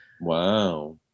Wow